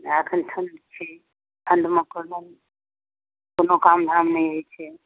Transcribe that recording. आ एखन ठण्ड छै ठण्डमे कोनो कोनो काम धाम नहि होइत छै